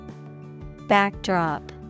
Backdrop